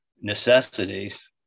necessities